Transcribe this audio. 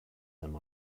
him